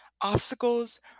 obstacles